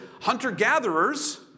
hunter-gatherers